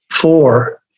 Four